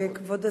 כבוד השרה,